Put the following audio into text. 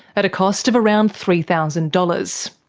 at a cost of around three thousand dollars.